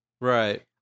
Right